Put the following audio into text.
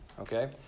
okay